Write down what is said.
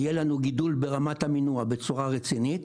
יהיה לנו גידול ברמת המינוע בצורה רצינית,